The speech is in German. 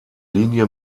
linie